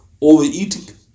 overeating